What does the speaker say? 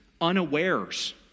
unawares